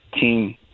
team